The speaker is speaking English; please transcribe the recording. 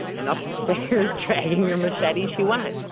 and up the stairs dragging your machete, she went.